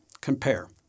Compare